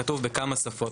כתוב בכמה שפות.